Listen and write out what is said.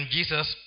Jesus